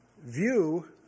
view